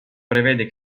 prevede